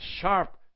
sharp